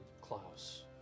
Klaus